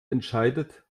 entscheidet